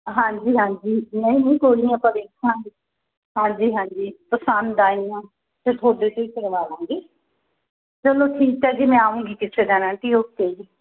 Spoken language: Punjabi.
ਹਾਂਜੀ ਹਾਂਜੀ ਨਹੀਂ ਨਹੀਂ ਕੋਈ ਨਹੀਂ ਆਪਾਂ ਵੇਖਾਂਗੇ ਹਾਂਜੀ ਹਾਂਜੀ ਪਸੰਦ ਆਈ ਆ ਅਤੇ ਤੁਹਾਡੇ ਤੋਂ ਕਰਵਾਵਾਂਗੇ ਚਲੋ ਠੀਕ ਹੈ ਜੀ ਮੈਂ ਆਊਂਗੀ ਕਿਸੇ ਦਿਨ ਆਂਟੀ ਓਕੇ ਜੀ